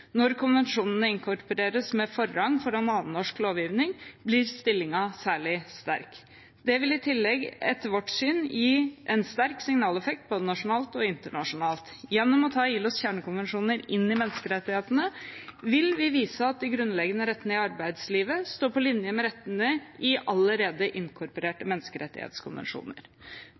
Når konvensjonene inkorporeres med forrang foran annen norsk lovgivning, blir stillingen særlig sterk. Det vil i tillegg, etter vårt syn, gi en sterk signaleffekt både nasjonalt og internasjonalt. Gjennom å ta ILOs kjernekonvensjoner inn i menneskerettsloven vil vi vise at de grunnleggende rettene i arbeidslivet står på linje med rettene i allerede inkorporerte